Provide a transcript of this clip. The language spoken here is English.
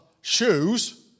shoes